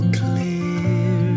clear